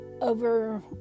over